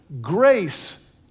grace